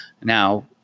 Now